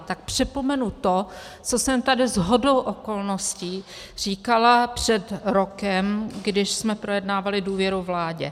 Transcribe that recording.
Tak připomenu to, co jsem tady shodou okolností říkala před rokem, když jsme projednávali důvěru vládě.